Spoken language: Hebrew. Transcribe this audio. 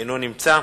אינו נמצא,